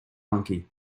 clunky